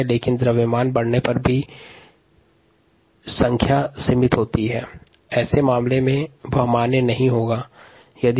लेकिन संख्या सीमित है क्योंकि यहाँ केवल द्रव्यमान में गुणोत्तर वृद्धि होती है